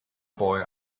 boy